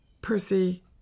Percy